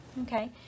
Okay